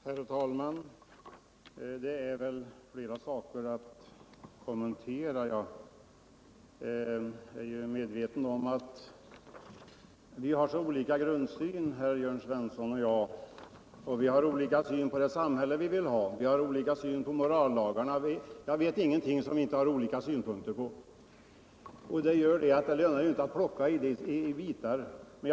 Herr talman! Det finns flera saker att kommentera. Jag är ju medveten om att herr Jörn Svensson och jag har väldigt olika grundsyn. Vi har olika syn på det samhälle vi vill ha, vi har olika syn på morallagarna — jag vet ingenting som vi inte har olika synpunkter på. Det gör att det inte lönar sig att plocka bland bitarna här.